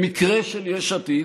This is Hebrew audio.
במקרה של יש עתיד,